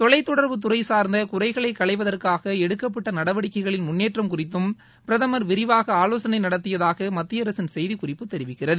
தொலைத்தொடர்பு துறை சார்ந்த குறைகளை களைவதற்காக எடுக்கப்பட்ட நடவடிக்கைகளின் முள்னேற்றம் குறித்தும் பிரதமர் விரிவாக ஆலோசளை நடத்தியதாக மத்தியஅரசின் செய்திக்குறிப்பு தெரிவிக்கிறது